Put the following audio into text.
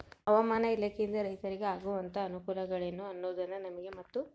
ಹವಾಮಾನ ಇಲಾಖೆಯಿಂದ ರೈತರಿಗೆ ಆಗುವಂತಹ ಅನುಕೂಲಗಳೇನು ಅನ್ನೋದನ್ನ ನಮಗೆ ಮತ್ತು?